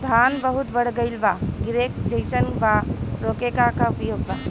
धान बहुत बढ़ गईल बा गिरले जईसन बा रोके क का उपाय बा?